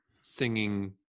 singing